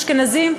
אשכנזים,